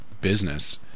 business